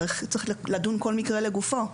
צריך לדון בכל מקרה לגופו.